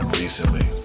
recently